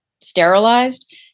sterilized